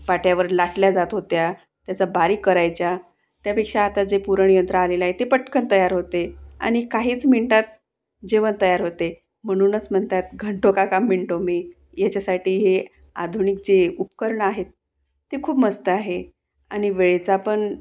पाट्यावर लाटल्या जात होत्या त्याचा बारीक करायच्या त्यापेक्षा आता जे पुरणयंत्र आलेलं आहे ते पटकन तयार होते आणि काहीच मिंटात जेवण तयार होते म्हणूनच म्हणतात घंटो का काम मिंटोमे याच्यासाठी हे आधुनिक जे उपकरणं आहेत ते खूप मस्त आहे आणि वेळेचा पण